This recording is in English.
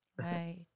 right